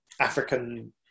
African